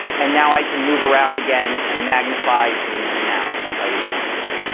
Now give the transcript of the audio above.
and now i can move around again and magnify, zoom in and out as i would normally.